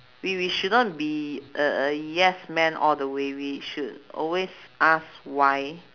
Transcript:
we we shouldn't be a a yes man all the way we should always ask why